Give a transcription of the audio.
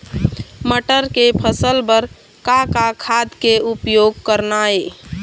मटर के फसल बर का का खाद के उपयोग करना ये?